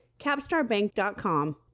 capstarbank.com